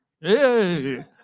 Hey